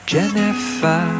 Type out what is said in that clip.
Jennifer